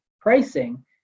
pricing